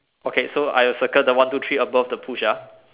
okay so I will circle the one two three above the push ah